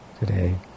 today